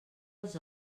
els